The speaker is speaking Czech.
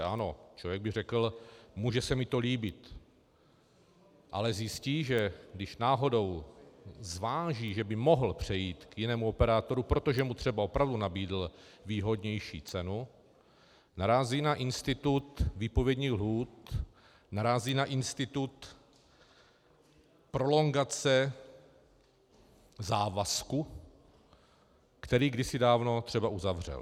Ano, člověk by řekl, může se mi to líbit, ale zjistí, že když náhodou zváží, že by mohl přejít k jinému operátorovi, protože mu třeba opravdu nabídl výhodnější cenu, narazí na institut výpovědních lhůt, narazí na institut prolongace závazku, který kdysi dávno třeba uzavřel.